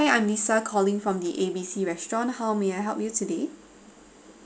hi I'm lisa calling from the A B C restaurant how may I help you today